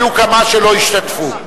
היו כמה שלא השתתפו.